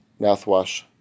mouthwash